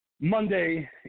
Monday